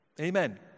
Amen